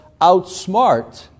outsmart